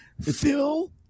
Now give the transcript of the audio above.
Phil